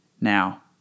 Now